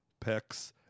pecs